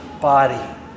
body